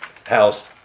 House